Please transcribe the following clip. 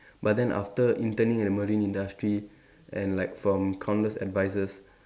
but then after interning in marine industry and like from countless advices